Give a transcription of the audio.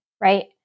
right